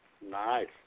Nice